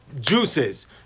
juices